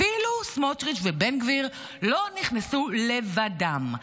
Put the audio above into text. אפילו סמוטריץ' ובן גביר לא נכנסו לבדם.